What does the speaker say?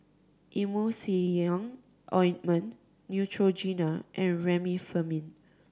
Emulsying Ointment Neutrogena and Remifemin